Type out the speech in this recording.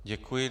Děkuji.